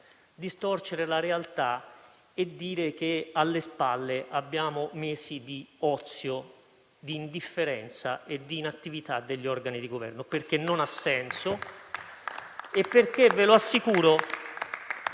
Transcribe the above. distorcere la realtà e dire che alle spalle abbiamo mesi di ozio, di indifferenza e inattività degli organi di Governo, perché non ha senso e perché - ve lo assicuro